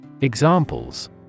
Examples